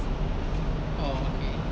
oh okay